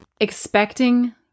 expecting